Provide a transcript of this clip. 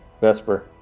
Vesper